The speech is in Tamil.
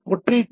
ஒற்றை டி